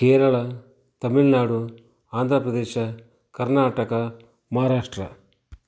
Kerala Tamil Nadu Andhra Pradesh Karnataka Maharashtra